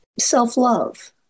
self-love